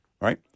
right